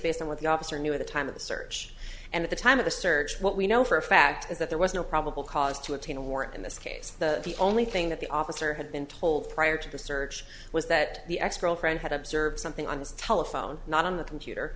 based on what the officer knew at the time of the search and at the time of the search what we know for a fact is that there was no probable cause to obtain a warrant in this case the the only thing that the officer had been told prior to the search was that the ex girlfriend had observed something on the telephone not on the computer